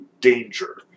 danger